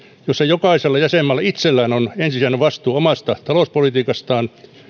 jossa jokaisella jäsenmaalla itsellään on ensisijainen vastuu omasta talouspolitiikastaan